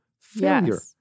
failure